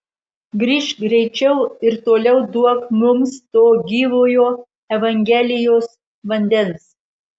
grįžk greičiau ir toliau duok mums to gyvojo evangelijos vandens